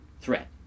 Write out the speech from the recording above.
threat